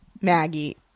Maggie